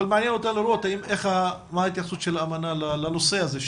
אבל מעניין אותנו לראות מה ההתייחסות של האמנה לנושא הזה,